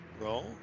roll